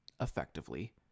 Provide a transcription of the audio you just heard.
effectively